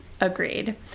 Agreed